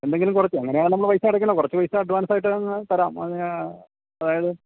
എന്തെങ്കിലും കുറച്ച് അങ്ങനെയാണേൽ നമ്മൾ പൈസ അടക്കണം കുറച്ച് പൈസ അഡ്വാൻസായിട്ട് തരാം അതായത്